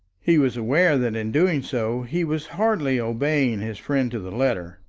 he was aware that in doing so he was hardly obeying his friend to the letter,